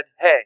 hey